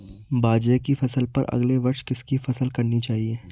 बाजरे की फसल पर अगले वर्ष किसकी फसल करनी चाहिए?